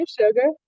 sugar